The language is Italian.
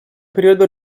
periodo